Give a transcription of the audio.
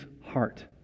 heart